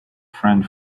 friend